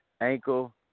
ankle